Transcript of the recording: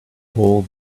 pull